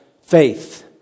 faith